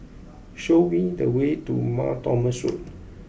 show me the way to Mar Thomas Road